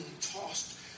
tossed